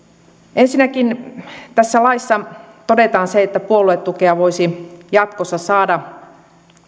ensinnäkin tässä laissa todetaan se että puoluetukea voisi jatkossa saada